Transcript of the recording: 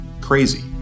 crazy